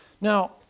Now